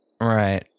right